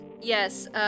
Yes